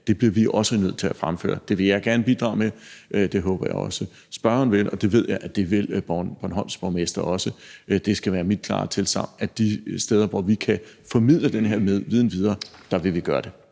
det bliver vi også nødt til at fremføre. Det vil jeg gerne bidrage med. Det håber jeg også spørgeren vil, og det ved jeg at Bornholms borgmester også vil. Det skal være mit klare tilsagn, at de steder, hvor vi kan formidle den her viden videre, vil vi gøre det.